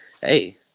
hey